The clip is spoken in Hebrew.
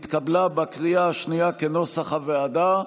התקבלה בקריאה השנייה כנוסח הוועדה.